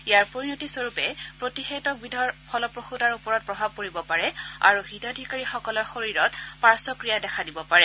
ইয়াৰ পৰিণতি স্বৰূপে প্ৰতিষেধকবিধৰ ফলপ্ৰসূতাৰ ওপৰত প্ৰভাৱ পৰিব পাৰে আৰু হিতাধিকাৰীসকলৰ শৰীৰত পাৰ্শক্ৰিয়া দেখা দিব পাৰে